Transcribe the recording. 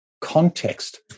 context